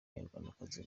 abanyarwandakazi